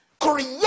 Create